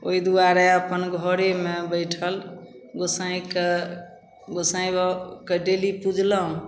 ओहि दुआरे अपन घरेमे बैठल गोसाँइके गोसाँइ बाबाके डेली पुजलहुँ